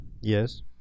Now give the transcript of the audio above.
Yes